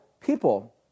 people